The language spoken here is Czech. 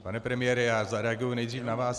Pane premiére, já zareaguji nejdřív na vás.